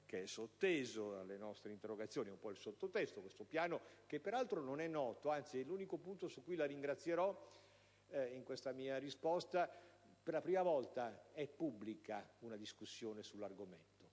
che è sotteso alle nostre interrogazioni, ne è un po' il sotto testo (piano che peraltro non è noto: anzi, si tratta dell'unico punto su cui la ringrazierò in questa mia risposta, perché per la prima volta è pubblica una discussione sull'argomento,